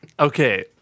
Okay